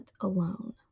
alone